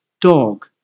dog